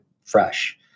fresh